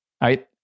right